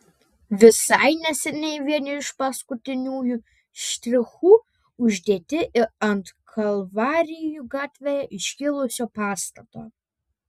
visai neseniai vieni iš paskutiniųjų štrichų uždėti ir ant kalvarijų gatvėje iškilusio pastato